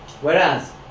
Whereas